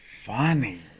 Funny